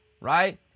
Right